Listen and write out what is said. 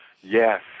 Yes